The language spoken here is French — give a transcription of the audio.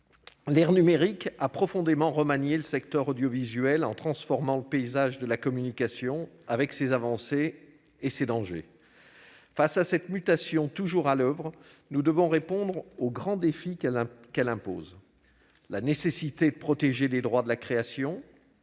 l'ère du numérique a profondément remanié le secteur audiovisuel, en transformant le paysage de la communication, avec ses avancées et ses dangers. Cette mutation est toujours à l'oeuvre, et nous devons répondre aux grands défis qu'elle impose, à savoir la nécessité de protéger les droits de la création,